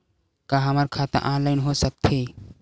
का हमर खाता ऑनलाइन हो सकथे?